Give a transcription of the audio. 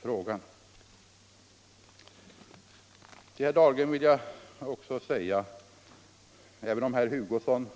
Till herr Dahlgren vill jag säga ytterligare en sak. Även om herr Hugosson